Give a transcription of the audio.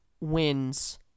wins